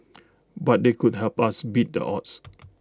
but they could help us beat the odds